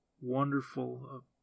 wonderful